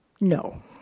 No